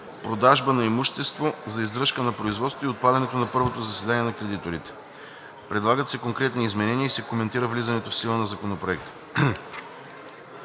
продажбата на имущество за издръжка на производството и отпадането на първото заседание на кредиторите. Предлагат се конкретни изменения и се коментира влизането в сила на Законопроекта.